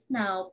now